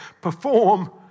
perform